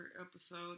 episode